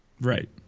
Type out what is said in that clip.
right